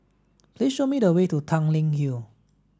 please show me the way to Tanglin Hill